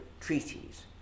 treaties